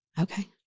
Okay